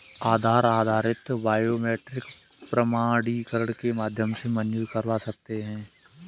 आधार आधारित बायोमेट्रिक प्रमाणीकरण के माध्यम से मंज़ूर करवा सकते हैं